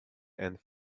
and